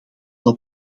zal